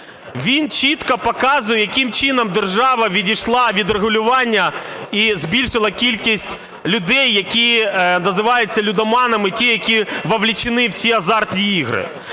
Він чітко показує, яким чином держава відійшла від регулювання і збільшила кількість людей, які називаються лудоманами – ті, які вовлечены в ці азартні ігри.